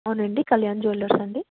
అవునండి కళ్యాణ్ జ్యూయలర్స్ అండి